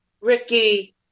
Ricky